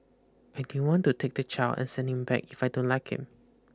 I don't want to take the child and send him back if I don't like him